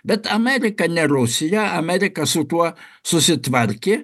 bet amerika ne rusija amerika su tuo susitvarkė